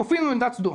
כופין עליו מיטת סדום.